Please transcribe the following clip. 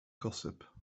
gossip